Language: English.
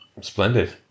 Splendid